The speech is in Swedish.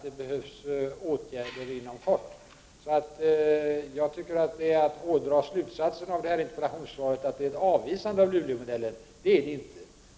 Det behövs åtgärder inom kort. Jag tycker att det är att hårdra interpellationssvaret när man drar slutsatsen att det är ett avvisande av Luleåmodellen. Det är det inte.